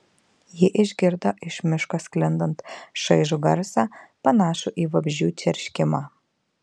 ji išgirdo iš miško sklindant šaižų garsą panašų į vabzdžių čerškimą